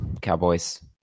Cowboys